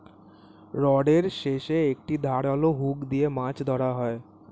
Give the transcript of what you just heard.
রডের শেষে একটি ধারালো হুক দিয়ে মাছ ধরা হয়